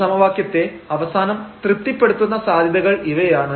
ഈ സമവാക്യത്തെ അവസാനം തൃപ്തിപ്പെടുത്തുന്ന സാധ്യതകൾ ഇവയാണ്